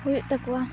ᱦᱩᱭᱩᱜ ᱛᱟᱹᱠᱩᱣᱟ